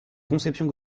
conception